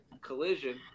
collision